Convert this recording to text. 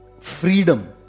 freedom